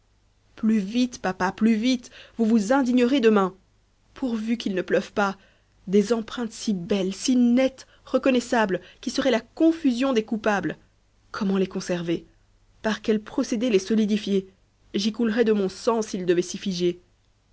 plus vite papa plus vite vous vous indignerez demain pourvu qu'il ne pleuve pas des empreintes si belles si nettes reconnaissables qui seraient la confusion des coupables comment les conserver par quel procédé les solidifier j'y coulerais de mon sang s'il devait s'y figer